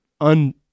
un-